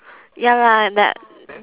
ya lah